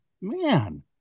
man